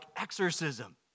exorcism